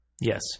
Yes